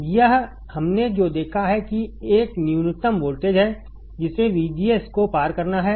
यह जो हमने देखा है कि एक न्यूनतम वोल्टेज है जिसे VGS को पार करना है